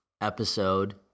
episode